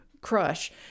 Crush